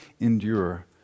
endure